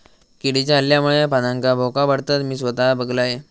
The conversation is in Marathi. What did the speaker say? किडीच्या हल्ल्यामुळे पानांका भोका पडतत, मी स्वता बघलंय